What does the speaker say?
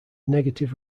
negative